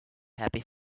happy